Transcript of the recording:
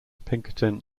pinkerton